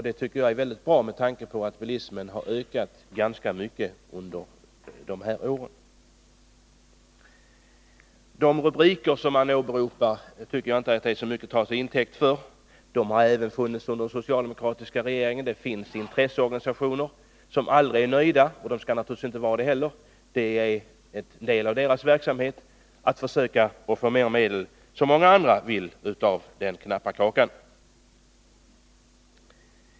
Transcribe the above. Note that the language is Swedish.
Det tycker jag är väldigt bra med tanke på att bilismen ökat mycket under de här åren. De rubriker som Kurt Hugosson åberopade tycker jag inte är så mycket att ta till intäkt. De har förekommit även under socialdemokratiska regeringar. Det finns intresseorganisationer som aldrig är nöjda. Det skall de naturligtvis inte heller vara — en del av deras verksamhet är att försöka få mer medel av den knappa kakan.